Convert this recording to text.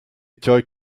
tgei